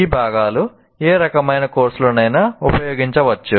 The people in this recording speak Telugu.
ఈ భాగాలు ఏ రకమైన కోర్సులోనైనా ఉపయోగించవచ్చు